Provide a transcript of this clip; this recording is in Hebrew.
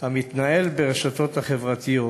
המתנהל ברשתות החברתיות.